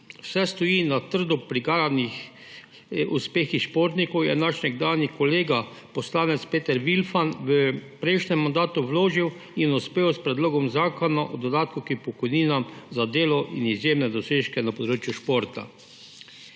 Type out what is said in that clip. vse stoji na trdo prigaranih uspehih športnikov, je naš nekdanji kolega poslanec Peter Vilfan v prejšnjem mandatu vložil in uspel s predlogom Zakona o dodatku k pokojnini za delo in izjemne dosežke na področju športa.